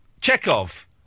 Chekhov